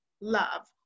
love